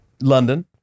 London